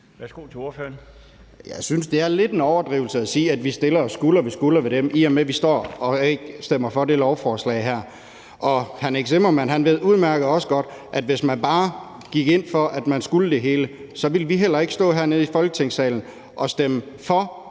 Bøgsted (DD): Jeg synes, det er lidt en overdrivelse at sige, vi stiller os skulder ved skulder med dem, i og med at vi ikke stemmer for det lovforslag her. Hr. Nick Zimmermann ved udmærket også godt, at hvis man bare gik ind for, at man skulle det hele, så ville vi heller ikke stå hernede i Folketingssalen og stemme for